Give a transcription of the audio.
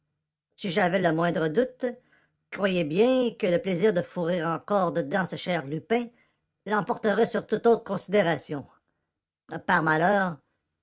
si j'avais le moindre doute croyez bien que le plaisir de fourrer encore dedans ce cher lupin l'emporterait sur toute autre considération par malheur